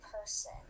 person